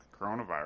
coronavirus